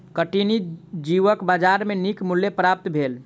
कठिनी जीवक बजार में नीक मूल्य प्राप्त भेल